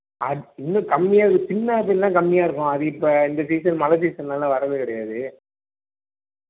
இல்லை இல்லை இல்லை இருக்குது சின்ன ஆப்பிள்தான் கம்மியாக இருக்கும் அது இப்போ இந்த சீசனில் மழை சீசன்னால் வரது கிடையாது